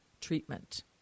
treatment